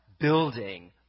building